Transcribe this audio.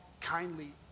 kindly